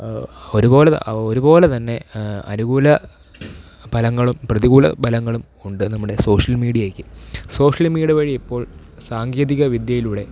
ഒരു പോലെ ഒരു പോലെ തന്നെ അനുകൂല ഫലങ്ങളും പ്രതികൂല ഫലങ്ങളും ഉണ്ട് നമ്മുടെ സോഷ്യൽ മീഡിയയ്ക്ക് സോഷ്യൽ മീഡിയ വഴി ഇപ്പോൾ സാങ്കേതിക വിദ്യയിലൂടെ